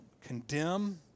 condemn